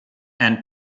and